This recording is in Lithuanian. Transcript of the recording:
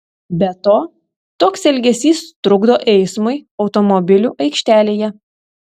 be to toks elgesys trukdo eismui automobilių aikštelėje